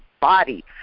body